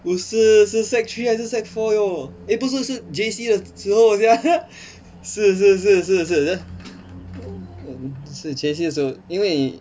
不是是 sec three 还是 sec four 有 eh 不是是 J_C 的时候 sia 是是是是是是 J_C 时候因为